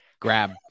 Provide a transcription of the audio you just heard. Grab